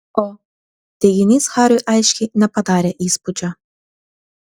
o teiginys hariui aiškiai nepadarė įspūdžio